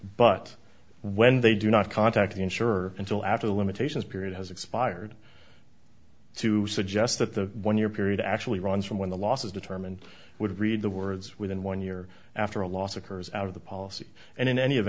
but when they do not contact the insurer until after the limitations period has expired to suggest that the one year period actually runs from when the loss is determined would read the words within one year after a loss occurs out of the policy and in any